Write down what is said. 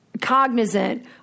cognizant